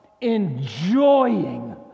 enjoying